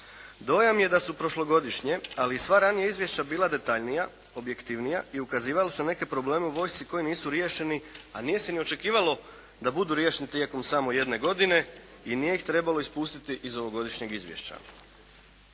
Dojam je da su u prošlogodišnjem, ali i sva ranija izvješća bila detaljnija, objektivnija i ukazivala su na neke probleme u vojsci koji nisu riješeni, a nije se niti očekivalo da budu riješeni tijekom samo jedne godine i nije ih trebao ispustiti iz ovogodišnjeg izvješća.